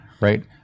right